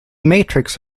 matrix